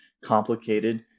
complicated